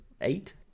Eight